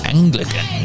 Anglican